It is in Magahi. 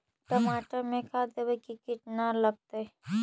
टमाटर में का देबै कि किट न लगतै?